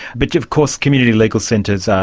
but of course community legal centres,